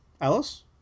Alice